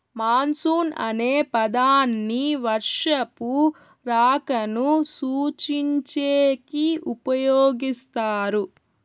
monsoon అనే పదాన్ని వర్షపు రాకను సూచించేకి ఉపయోగిస్తారు